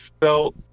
felt